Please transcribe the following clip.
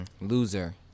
loser